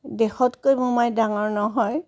দেশতকৈ মোমাই ডাঙৰ নহয়